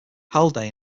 haldane